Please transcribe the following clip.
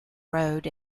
road